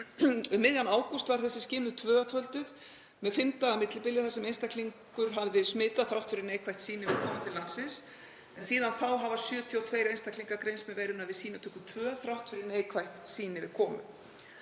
Um miðjan ágúst var þessi skimun tvöfölduð með fimm daga millibili þar sem einstaklingur hafði smitað þrátt fyrir neikvætt sýni við komu til landsins. Síðan þá hafa 72 einstaklingar greinst með veiruna við sýnatöku tvö þrátt fyrir neikvætt sýni við komu.